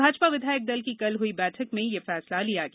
भाजपा विधायक दल की कल हुई बैठक में यह फैसला लिया गया